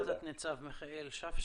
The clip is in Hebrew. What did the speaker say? תודה, תת ניצב מיכאל שפשק.